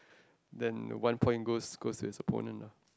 then one point goes goes to his opponent ah